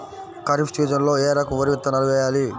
ఖరీఫ్ సీజన్లో ఏ రకం వరి విత్తనాలు వేయాలి?